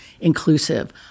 inclusive